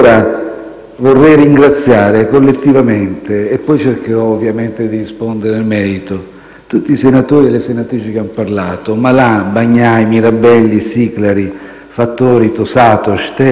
allora ringraziare collettivamente - e poi cercherò ovviamente di rispondere nel merito - tutti i senatori e le senatrici che hanno parlato: Malan, Bagnai, Mirabelli, Siclari, Fattori, Tosato, Steger,